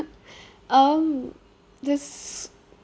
um this